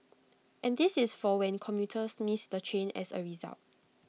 and this is for when commuters miss the train as A result